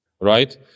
Right